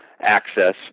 access